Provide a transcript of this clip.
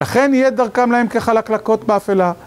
לכן יהיה את דרכם להם כחלקלקות באפלה